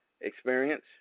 experience